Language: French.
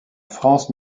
france